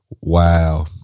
wow